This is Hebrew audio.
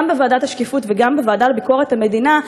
גם בוועדת השקיפות וגם בוועדה לביקורת המדינה,